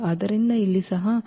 ಆದ್ದರಿಂದ ಇಲ್ಲಿ ಸಹ 12 12 0